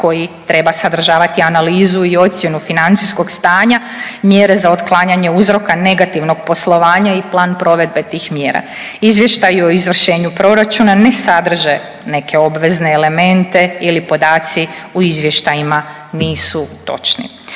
koji treba sadržavati analizu i ocjenu financijskog stanja, mjere za otklanjanje uzroka negativnog poslovanja i plan provedbe tih mjera. Izvještaji o izvršenju proračuna ne sadrže neke obvezne elemente ili podaci u izvještajima nisu točni.